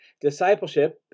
Discipleship